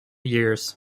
years